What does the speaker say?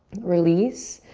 release,